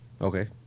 Okay